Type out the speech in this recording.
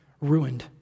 ruined